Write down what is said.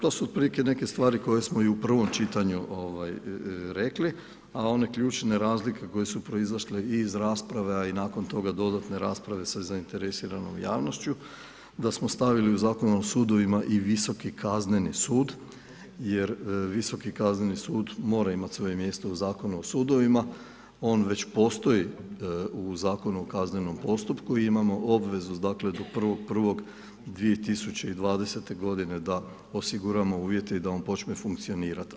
To su otprilike neke stvari koje smo i u prvom čitanju rekli, a one ključne razlike koje su proizašle iz rasprava i nakon toga dodatne rasprave sa zainteresiranom javnošću, da smo stavili u Zakon o sudovima i Visoki kazneni sud jer Visoki kazneni sud mora imati svoje mjesto u Zakonu o sudovima, on već postoji u Zakonu o kaznenom postupku i imamo obvezu dakle, do 1.1.2020. godine da osiguramo uvjete i da on počne funkcionirati.